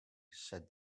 said